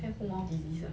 hand foot mouth disease ah